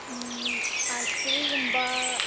ꯎꯝ ꯑꯥꯔꯆꯔꯤꯒꯨꯝꯕ